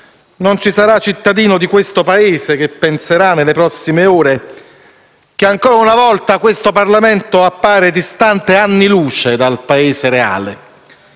Non ci sarà cittadino del nostro territorio che non penserà nelle prossime ore che, ancora una volta, questo Parlamento appare distante anni luce da un Paese reale